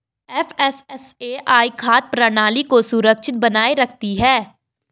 FSSAI खाद्य प्रणाली को सुरक्षित बनाए रखती है